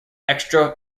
extra